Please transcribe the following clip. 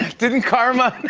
didn't karma